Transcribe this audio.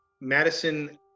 Madison